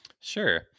Sure